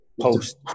Post